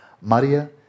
Maria